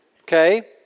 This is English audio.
okay